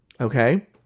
Okay